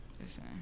Listen